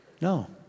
No